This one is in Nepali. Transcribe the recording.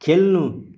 खेल्नु